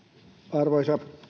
arvoisa